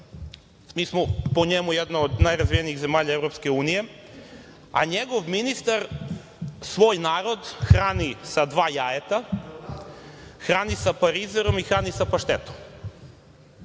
Mi smo po njemu jedna od najrazvijenijih zemalja EU, a njegov ministar svoj narod hrani sa dva jajeta, hrani sa parizerom i hrani sa paštetom.